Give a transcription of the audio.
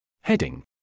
Heading